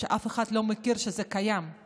שאף אחד לא יודע שזה קיים.